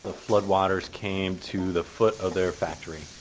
ah flood waters came to the foot of their factory.